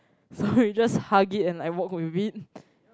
so we just hug it and like walk with it